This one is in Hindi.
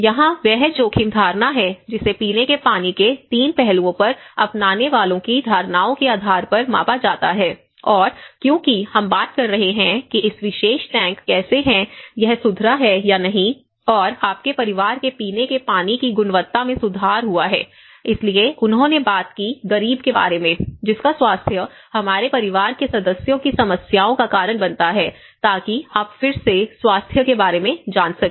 यहाँ वह जोखिम धारणा है जिसे पीने के पानी के 3 पहलुओं पर अपनाने वालों की धारणाओं के आधार पर मापा जाता है और क्योंकि हम बात कर रहे हैं कि इस विशेष टैंक कैसे है यह सुधरा है या नहीं और आपके परिवार के पीने के पानी की गुणवत्ता में सुधार हुआ है इसलिए उन्होंने बात की गरीब के बारे में जिसका स्वास्थ्य हमारे परिवार के सदस्यों की समस्याओं का कारण बनता है ताकि आप फिर से स्वास्थ्य के बारे में जान सकें